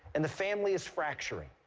and the family is fracturing.